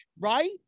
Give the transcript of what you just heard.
right